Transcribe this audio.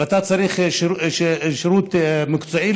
ואתה צריך שירות מקצועי,